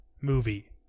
movie